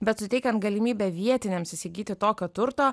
bet suteikiant galimybę vietiniams įsigyti tokio turto